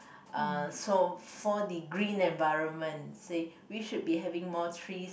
uh so for the green environment say we should be having more trees